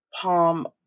Palm